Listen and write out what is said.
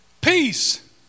Peace